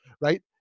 right